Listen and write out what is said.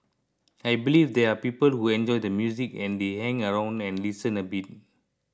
I believe there are people who enjoy the music and they hang around and listen a bit